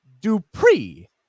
Dupree